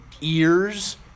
ears